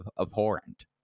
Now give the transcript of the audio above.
abhorrent